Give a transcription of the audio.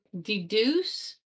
deduce